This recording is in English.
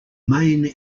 main